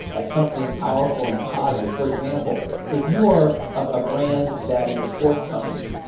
as something powerful and positive? for example, if you are a brand that is a sports company,